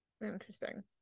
Interesting